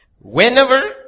Whenever